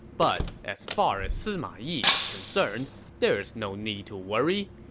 but as far as sima yi is concerned, there is no need to worry.